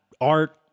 art